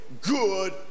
good